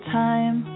time